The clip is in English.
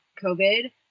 COVID